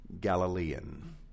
Galilean